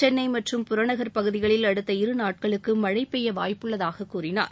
சென்னை மற்றும் புறநகர் பகுதிகளில் அடுத்த இருநாட்களுக்கு மழை பெய்ய வாய்ப்புள்ளதாகக் கூறினார்